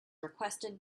requested